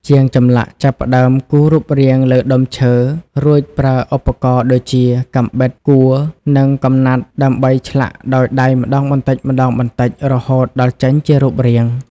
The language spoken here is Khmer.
ជាងចម្លាក់ចាប់ផ្ដើមគូសរូបរាងលើដុំឈើ រួចប្រើឧបករណ៍ដូចជា កាំបិត កួរ និងកំណាត់ដើម្បីឆ្លាក់ដោយដៃម្ដងបន្តិចៗរហូតដល់ចេញជារូបរាង។